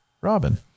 Robin